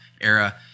era